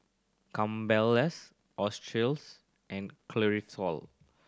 Campbell's Australis and Cristofori